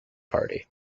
party